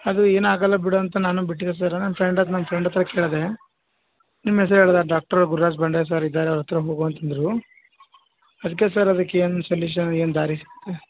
ಅದು ಏನಾಗೋಲ್ಲ ಬಿಡು ಅಂತ ನಾನು ಬಿಟ್ಟಿದ್ದೆ ಸರ್ ನನ್ನ ಫ್ರೆಂಡ್ ಹತ್ ನಮ್ಮ ಫ್ರೆಂಡ್ ಹತ್ರ ಕೇಳಿದೆ ನಿಮ್ಮ ಹೆಸ್ರು ಹೇಳಿದ ಡಾಕ್ಟ್ರ್ ಗುರುರಾಜ್ ಭಂಡಾರಿ ಸರ್ ಇದ್ದಾರೆ ಅವ್ರ ಹತ್ತಿರ ಹೋಗು ಅಂತಂದರು ಅದಕ್ಕೆ ಸರ್ ಅದಕ್ಕೆ ಏನು ಸೊಲೀಶನ್ ಏನು ದಾರಿ